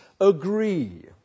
agree